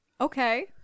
Okay